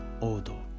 Odo